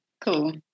Cool